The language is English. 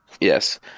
Yes